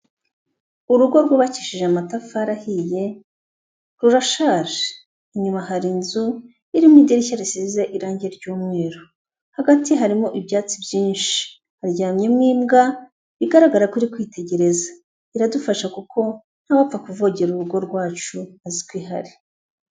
Urugo rwubakishije amatafari ahiye, rurashaje, inyuma hari inzu irimo idirishya risize irangi ry'umweru, hagati harimo ibyatsi byinshi, haryamyemo imbwa bigaragara ko iri kwitegereza, iradufasha kuko nta wapfa kuvogera urugo rwacu azi ko ihari.